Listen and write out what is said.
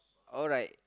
alright